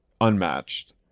unmatched